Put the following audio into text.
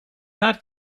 not